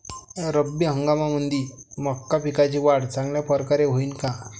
रब्बी हंगामामंदी मका पिकाची वाढ चांगल्या परकारे होईन का?